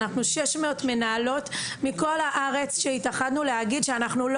אנחנו 600 מנהלות מכל הארץ שהתאחדנו להגיד שאנחנו,